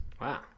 Wow